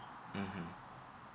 mmhmm